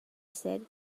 said